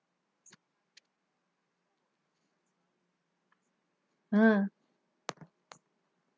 (uh huh)